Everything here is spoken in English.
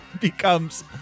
Becomes